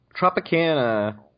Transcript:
Tropicana